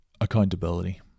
Accountability